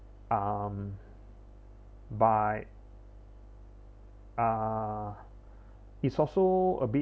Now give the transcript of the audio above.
um but uh it's also a bit